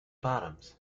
bottoms